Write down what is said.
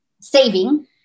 saving